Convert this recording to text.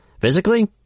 Physically